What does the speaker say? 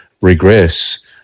regress